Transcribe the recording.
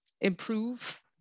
improve